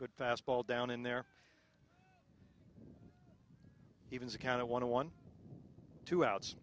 good fastball down in there even as a kind of want to one two outs